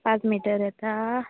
पांच मिटर येता